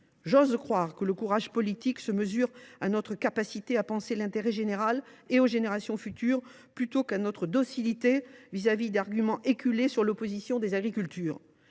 J’ose croire que le courage politique se mesure à notre capacité à penser l’intérêt général et celui des générations futures, plutôt qu’à notre docilité et à notre soumission à des arguments éculés sur l’opposition des agricultures,